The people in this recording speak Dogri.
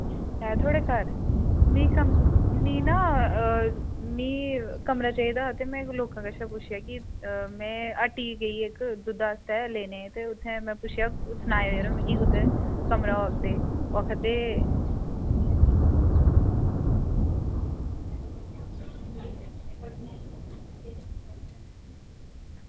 एह् थुआढ़े घर मिगी ना ते मिगी ना कमरा चाहिदा हा ते में लोकें कोला पुच्छेआ ते में हट्टी गेई इक्क उद्धर आस्तै लैने ई ते उत्थें में पुच्छेआ की सनाओ यरो कमरा कुदै होग ते